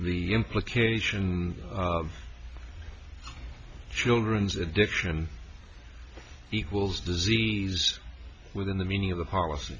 the implication of children's addiction equals disease within the meaning of the policy